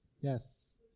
Yes